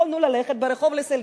יכולנו ללכת ברחוב לסליט,